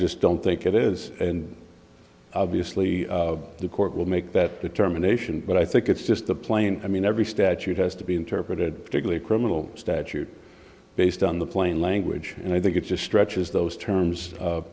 just don't think it is and obviously the court will make that determination but i think it's just the plain i mean every statute has to be interpreted particularly criminal statute based on the plain language and i think it's just stretches those terms